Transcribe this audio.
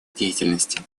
деятельности